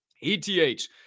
ETH